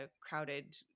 crowded